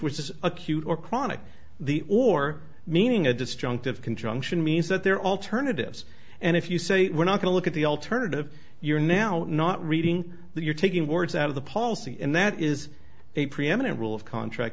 which is acute or chronic the or meaning a disjunctive conjunction means that there are alternatives and if you say we're not going to look at the alternative you're now not reading that you're taking words out of the policy and that is a preeminent rule of contract